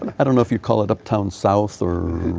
i don't know if you call it uptown south or